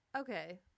Okay